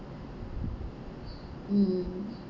mm